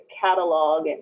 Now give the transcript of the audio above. catalog